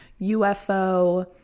UFO